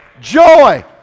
Joy